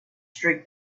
streak